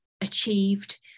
achieved